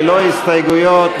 ללא הסתייגויות,